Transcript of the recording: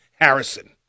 Harrison